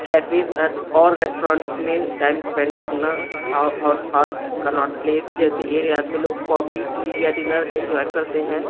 cafes ار اور restaurants میں ٹائم اسپینڈ کرنا حو حوض خاص کناٹ پلیس جیسے ایریاز میں لوگ کافی ٹی یا ڈنر انجوائے کرتے ہیں